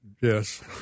Yes